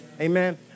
amen